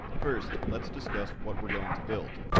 first, let's discuss what we're going to build.